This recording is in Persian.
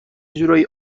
جورایی